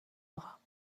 bras